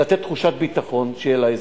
לתת תחושת ביטחון שתהיה לאזרח.